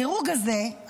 הדירוג הזה,